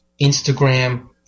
Instagram